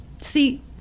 see